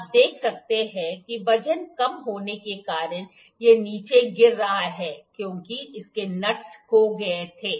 आप देख सकते हैं कि वजन कम होने के कारण यह नीचे गिर रहा है क्योंकि इसके नट्स खो गए थे